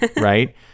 right